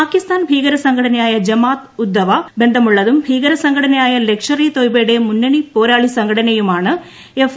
പാകിസ്ഥാൻ ഭീകര സംഘടനയായ ജമാ അത്ത് ഉദ്ദവാ ബന്ധമുളളതും ഭീകര സംഘടനയായ ലഷ്കർ ഇ തൊയ്ബയുടെ മുന്നണി പോരാളി സംഘടനയാണ് എഫ്